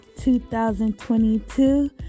2022